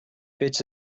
bits